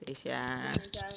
等下啊